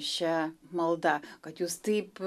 šia malda kad jūs taip